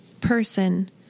person